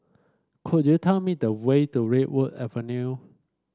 could you tell me the way to Redwood Avenue